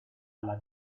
alla